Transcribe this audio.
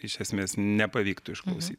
iš esmės nepavyktų išklausyt